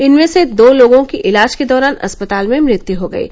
इनमें से र्दो लोगों की इलाज के दौरान अस्पताल में मृत्यू हो गयी